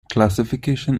classification